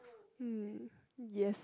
mm yes